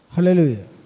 Hallelujah